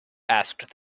asked